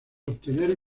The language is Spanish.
obtener